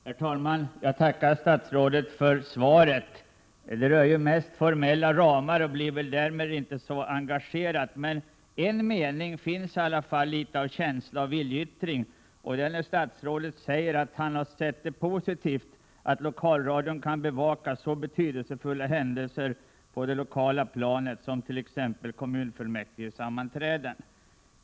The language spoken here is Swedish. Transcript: Herr talman! Jag tackar statsrådet för svaret. Det rör ju mest formella ramar och blev väl därmed inte så engagerat. I en mening fanns det emellertid i varje fall litet av känsla och viljeyttring. Det var när statsrådet sade att han har sett det som positivt att lokalradion kan bevaka så betydelsefulla händelser på det lokala planet som t.ex. kommunfullmäktigesammanträden.